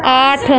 آٹھ